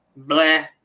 bleh